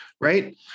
right